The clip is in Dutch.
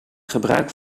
gebruik